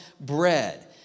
bread